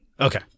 Okay